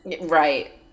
Right